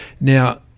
Now